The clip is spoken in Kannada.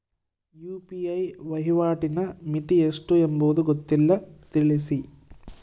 ಯು.ಪಿ.ಐ ವಹಿವಾಟಿನ ಮಿತಿ ಎಷ್ಟು ಎಂಬುದು ಗೊತ್ತಿಲ್ಲ? ತಿಳಿಸಿ?